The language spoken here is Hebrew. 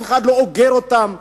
אף אחד לא אוגר אותם.